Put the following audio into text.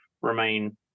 remain